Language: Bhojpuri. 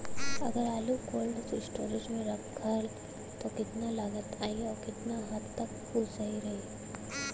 अगर आलू कोल्ड स्टोरेज में रखायल त कितना लागत आई अउर कितना हद तक उ सही रही?